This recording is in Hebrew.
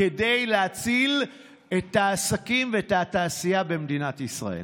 כדי להציל את העסקים ואת התעשייה במדינת ישראל.